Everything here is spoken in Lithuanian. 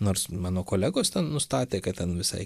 nors mano kolegos ten nustatė kad ten visai